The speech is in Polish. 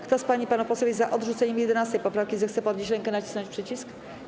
Kto z pań i panów posłów jest za odrzuceniem 11. poprawki, zechce podnieść rękę i nacisnąć przycisk.